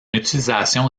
utilisation